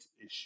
issue